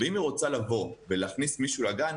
ואם היא רוצה לבוא ולהכניס מישהו לגן,